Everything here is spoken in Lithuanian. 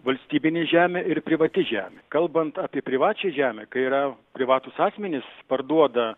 valstybinė žemė ir privati žemė kalbant apie privačią žemę kai yra privatūs asmenys parduoda